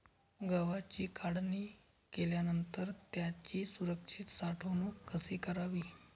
गव्हाची काढणी केल्यानंतर त्याची सुरक्षित साठवणूक कशी करावी?